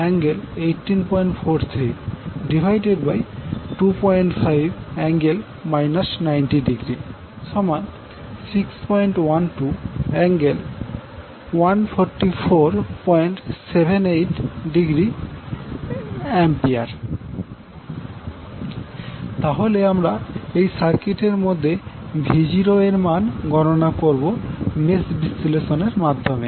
কিন্তু আমরা জানি I0 I2 তাহলে এরপর আমরা এই সার্কিট এর মধ্যে V0 এর মান গননা করবো মেস বিশ্লেষণের মাধ্যমে